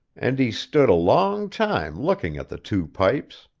and he stood a long time looking at the two pipes.